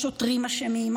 השוטרים אשמים,